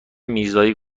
میرزایی